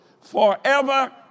forever